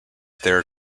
their